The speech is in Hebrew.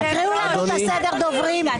תקריאו לנו את סדר הדוברים.